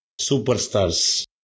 superstars